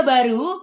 Baru